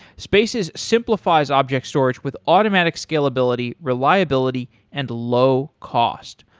spaces simplifies object storage with automatic scalability, reliability and low cost.